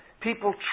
People